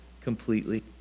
completely